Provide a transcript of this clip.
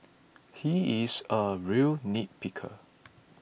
he is a real nitpicker